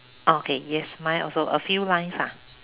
okay yes mine also a few lines ah